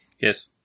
yes